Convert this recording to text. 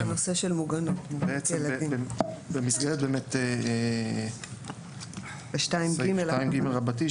במסגרת סעיף 2ג רבתי,